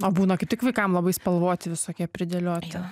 o būna kaip tik vaikam labai spalvoti visokie pridėlioti